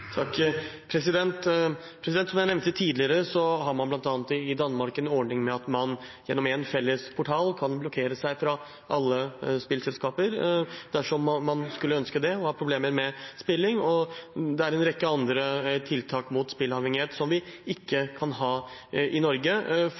Som jeg nevnte tidligere, har man bl.a. i Danmark en ordning med at man gjennom en felles portal kan blokkere seg fra alle spillselskaper dersom man skulle ønske det og man har problemer med spilling. Det er en rekke tiltak mot spilleavhengighet som vi ikke